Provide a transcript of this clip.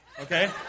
okay